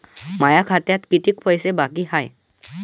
माया खात्यात कितीक पैसे बाकी हाय?